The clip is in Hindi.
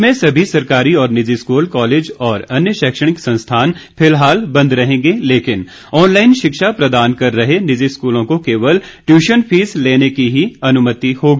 प्रदेश में सभी सरकारी और निजी स्कूल कॉलेज और अन्य शैक्षणिक संस्थान फिलहाल बंद रहेंगे लेकिन ऑनलाईन शिक्षा प्रदान कर रहे निजी स्कूलों को केवल ट्यूशन फीस लेने की ही अनुमति होगी